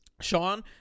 Sean